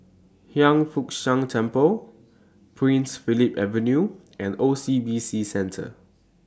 Hiang Foo Siang Temple Prince Philip Avenue and O C B C Centre